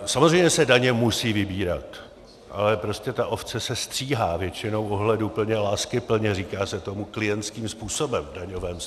Samozřejmě že se daně musí vybírat, ale prostě ta ovce se stříhá, většinou ohleduplně, láskyplně, říká se tomu klientským způsobem v daňovém vztahu.